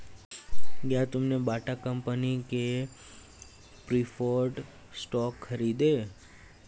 क्या तुमने Bata company के प्रिफर्ड स्टॉक खरीदे?